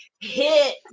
hit